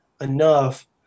enough